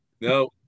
no